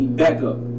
backup